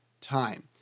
time